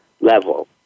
level